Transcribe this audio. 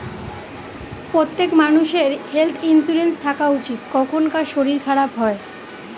প্রত্যেক মানষের health insurance থাকা উচিত, কখন কার শরীর খারাপ হয়